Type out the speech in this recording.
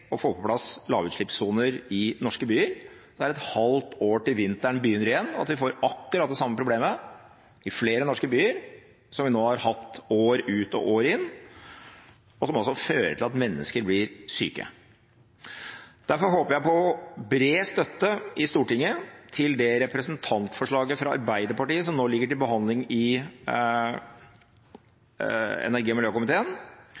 å få på plass lavutslippssoner i norske byer. Det er et halvt år til vinteren begynner igjen, og vi får akkurat det samme problemet i flere norske byer som vi nå har hatt år ut og år inn, og som fører til at mennesker blir syke. Derfor håper jeg på bred støtte i Stortinget til det representantforslaget fra Arbeiderpartiet som nå ligger til behandling i